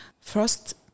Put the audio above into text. First